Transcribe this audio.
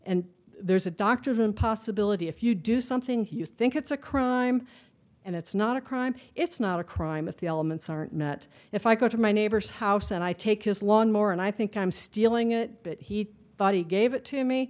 and there's a doctor of a possibility if you do something you think it's a crime and it's not a crime it's not a crime if the elements aren't met if i go to my neighbor's house and i take his lawn more and i think i'm stealing it but he thought he gave it to me